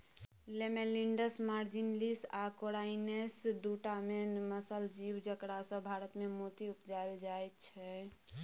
Lamellidens marginalis आ corrianus दु टा मेन मसल जीब जकरासँ भारतमे मोती उपजाएल जाइ छै